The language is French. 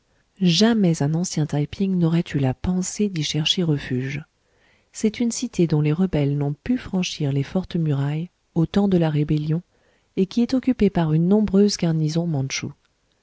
jamais un ancien taï ping n'aurait eu la pensée d'y chercher refuge c'est une cité dont les rebelles n'ont pu franchir les fortes murailles au temps de la rébellion et qui est occupée par une nombreuse garnison mantchoue